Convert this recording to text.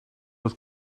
was